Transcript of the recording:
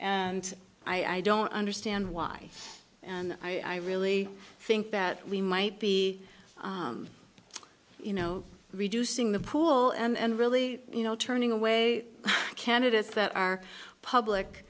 and i don't understand why and i really think that we might be you know reducing the pool and really you know turning away candidates that our public